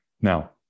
Now